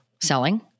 selling